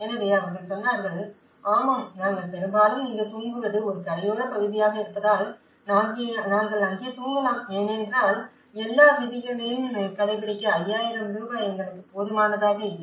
எனவே அவர்கள் சொன்னார்கள் ஆமாம் நாங்கள் பெரும்பாலும் இங்கு தூங்குவது ஒரு கரையோரப் பகுதியாக இருப்பதால் நாங்கள் அங்கே தூங்கலாம் ஏனென்றால் எல்லா விதிகளையும் கடைபிடிக்க 5000 எங்களுக்கு போதுமானதாக இல்லை